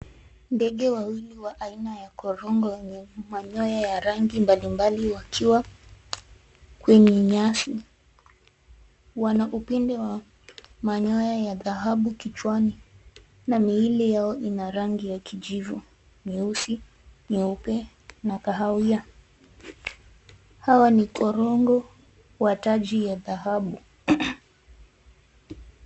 Ndenge wawili wa aina ya Korongo wenye manyoya ya rangi mbali mbali wakiwa kwenye nyasi. Wanaupinde wa manyoya ya dhahabu kichwani na mihili yao inarangi ya kijivu, nyeusi, nyeupe na kahawia. Hawa ni korongo wa taji ya dhahabu.